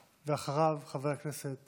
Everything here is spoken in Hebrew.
ואחריו, חבר הכנסת